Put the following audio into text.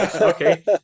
Okay